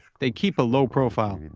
they keep a low profile,